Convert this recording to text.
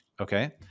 Okay